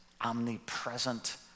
omnipresent